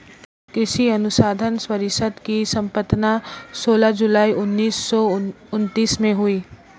कृषि अनुसंधान परिषद की स्थापना सोलह जुलाई उन्नीस सौ उनत्तीस में हुई